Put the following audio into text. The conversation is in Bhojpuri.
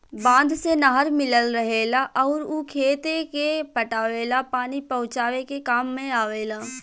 बांध से नहर मिलल रहेला अउर उ खेते के पटावे ला पानी पहुचावे के काम में आवेला